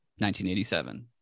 1987